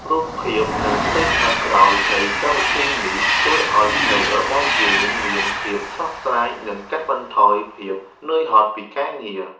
រូបភាពនិងផ្ទៃខាងក្រោយនៃកម្មវិធីនេះជួយឱ្យភ្នែករបស់យើងមានភាពស្រស់ស្រាយ និង កាត់បន្ថយភាពនឿយហត់ពីការងារ។